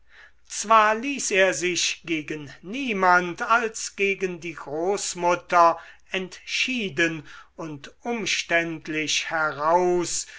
zwar ließ er sich gegen niemand als gegen die großmutter entschieden und umständlich heraus